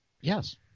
yes